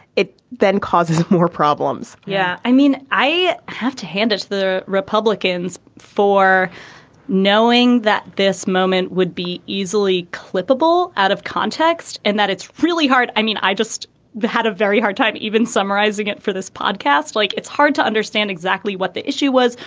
it then causes more problems yeah. i mean, i have to hand it to the republicans for knowing that this moment would be easily klippel out of context and that it's really hard. i mean, i just had a very hard time even summarizing it for this podcast. like it's hard to understand exactly what the issue was,